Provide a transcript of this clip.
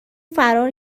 فرار